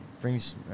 brings